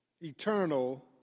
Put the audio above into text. eternal